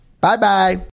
Bye-bye